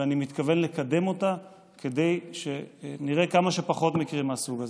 ואני מתכוון לקדם אותה כדי שנראה כמה שפחות מקרים מהסוג הזה.